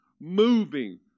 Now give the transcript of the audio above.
moving